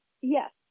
yes